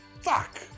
Fuck